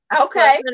Okay